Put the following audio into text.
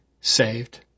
saved